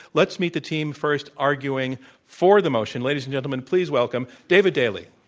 let's meet the team first arguing for the motion. ladies and gentlemen, please welcome david daley.